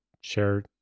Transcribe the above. share